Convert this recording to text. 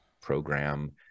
program